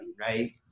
right